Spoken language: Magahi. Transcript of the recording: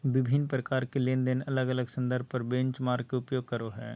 विभिन्न प्रकार के लेनदेन अलग अलग संदर्भ दर बेंचमार्क के उपयोग करो हइ